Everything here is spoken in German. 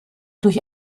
durch